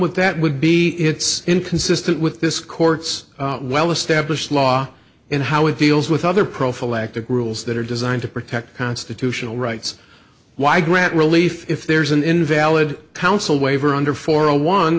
with that would be it's inconsistent with this court's well established law and how it deals with other prophylactic rules that are designed to protect constitutional rights why grant relief if there's an invalid counsel waiver under for a one